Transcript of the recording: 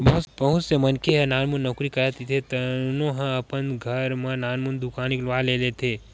बहुत से मनखे ह नानमुन नउकरी करत रहिथे तउनो ह अपन घर म नानमुन दुकान निकलवा लेथे